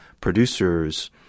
producers